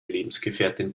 lebensgefährtin